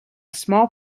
small